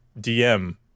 DM